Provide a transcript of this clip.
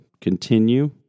Continue